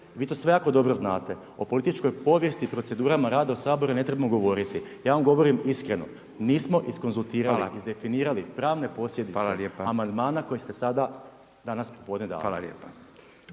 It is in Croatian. vi to sve jako dobro znate. O političkoj povijesti i procedurama rada u Saboru ne trebamo govoriti, ja vam govorim iskreno nismo izkonzultirali izdefinirali pravne posljedice amandmana koje ste sada, danas popodne dali.